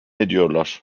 ediyorlar